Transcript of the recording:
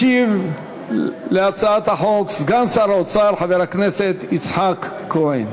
ישיב על הצעת החוק סגן שר האוצר חבר הכנסת יצחק כהן.